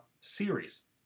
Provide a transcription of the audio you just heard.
series